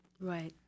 Right